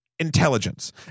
intelligence